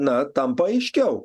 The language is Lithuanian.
na tampa aiškiau